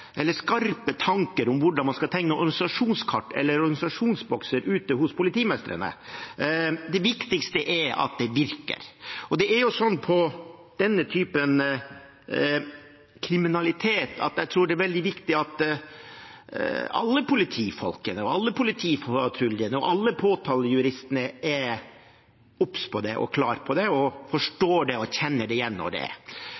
skarpe tanker om hvordan man skal tegne organisasjonskart eller organisasjonsbokser ute hos politimestrene. Det viktigste er at det virker. Når det gjelder denne typen kriminalitet, tror jeg det er veldig viktig at alle politifolkene, alle politipatruljene og alle påtalejuristene er obs på det, klar på det, forstår det og